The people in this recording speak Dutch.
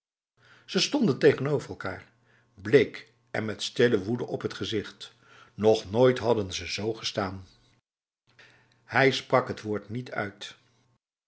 ze stonden tegenover elkaar bleek en met stille woede op het gezicht nog nooit hadden ze z gestaan hij sprak het woord niet uit